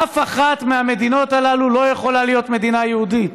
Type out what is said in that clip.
אף אחת מהמדינות הללו לא יכולה להיות מדינה יהודית.